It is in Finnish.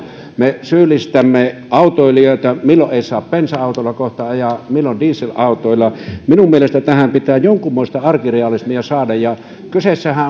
me syyllistämme autoilijoita milloin ei saa bensa autoilla kohta ajaa milloin dieselautoilla minun mielestäni tähän pitää jonkunmoista arkirealismia saada ja kyseessähän